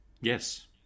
Yes